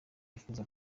yifuza